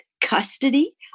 custody